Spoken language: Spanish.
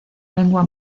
lengua